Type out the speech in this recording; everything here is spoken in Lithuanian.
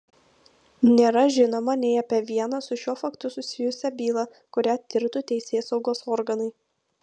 nėra žinoma nei apie vieną su šiuo faktu susijusią bylą kurią tirtų teisėsaugos organai